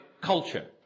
culture